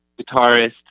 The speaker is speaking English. guitarist